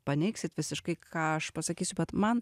paneigsit visiškai ką aš pasakysiu bet man